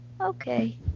Okay